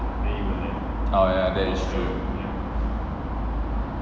oh ya that is true